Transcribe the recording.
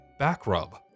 backrub